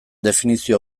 definizio